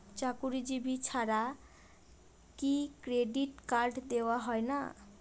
চাকুরীজীবি ছাড়া কি ক্রেডিট কার্ড দেওয়া হয় না?